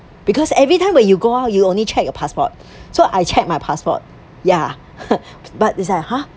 because every time when you go out you only check your passport so I checked my passport ya but it's like !huh!